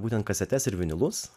būtent kasetes ir vinilus